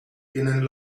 tienen